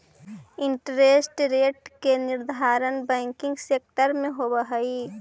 interest rate के निर्धारण banking sector में होवऽ हई